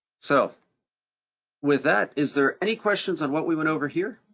so with that, is there any questions on what we went over here?